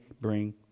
bring